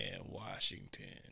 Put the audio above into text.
Washington